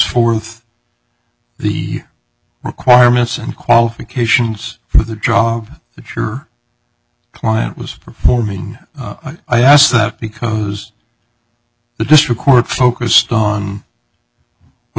forth the requirements and qualifications for the job that your client was performing i asked that because the district court focused on what